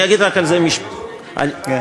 ירושלים כן?